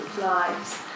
lives